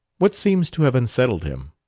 what seems to have unsettled him?